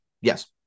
Yes